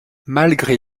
malgré